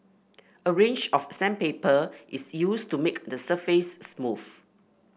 a range of sandpaper is used to make the surface smooth